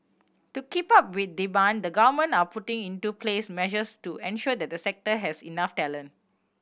to keep up with demand the government are putting into place measures to ensure that the sector has enough talent